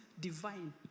divine